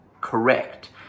correct